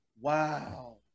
Wow